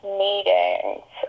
meetings